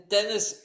Dennis